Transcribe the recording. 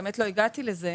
האמת היא שלא הגעתי לזה,